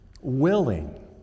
willing